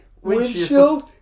windshield